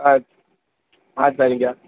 ஆ ஆ சரிங்கள்